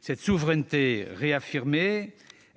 Cette souveraineté réaffirmée